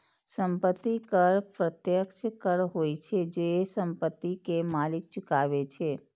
संपत्ति कर प्रत्यक्ष कर होइ छै, जे संपत्ति के मालिक चुकाबै छै